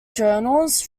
journals